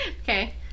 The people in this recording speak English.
Okay